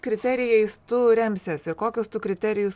kriterijais tu remsiesi ir kokius kriterijus